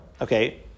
okay